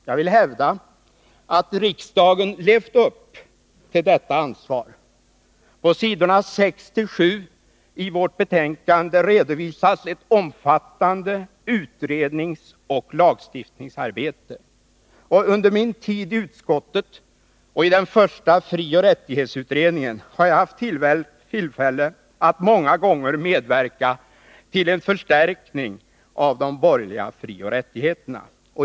Jag vill hävda att riksdagen levt upp till detta ansvar. På s. 6-7 i vårt betänkande redovisas ett omfattande utredningsoch lagstiftningsarbete. Under min tid i utskottet och i den första frioch rättighetsutredningen har jag haft tillfälle att medverka till en förstärkning av de medborgerliga frioch rättigheterna.